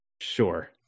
Sure